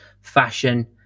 fashion